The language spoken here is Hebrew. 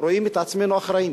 רואים את עצמנו אחראים.